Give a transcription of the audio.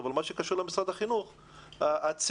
אבל מה שקשור למשרד החינוך,